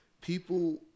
people